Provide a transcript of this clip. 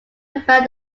about